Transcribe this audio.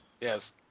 yes